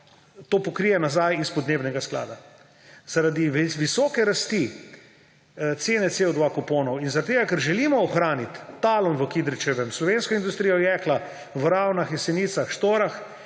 to pokrije nazaj iz podnebnega sklada. Zaradi visoke rasti cene CO2 kuponov in zaradi tega, ker želimo ohraniti Talum v Kidričevem, Slovensko industrijo jekla v Ravnah, Jesenicah, Štorah